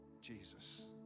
Jesus